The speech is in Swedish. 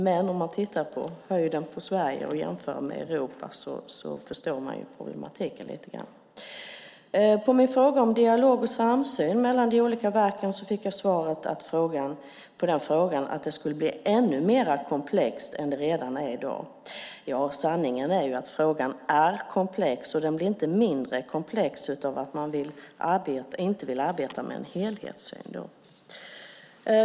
Men om man tittar på Sveriges längd och jämför med Europa förstår man lite grann problematiken. På min fråga om dialog och samsyn mellan de olika verken fick jag svaret att det skulle bli ännu mer komplext än det redan är i dag. Ja, sanningen är ju att frågan är komplex, och den blir inte mindre komplex av att man inte vill arbeta med en helhetssyn.